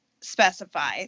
specify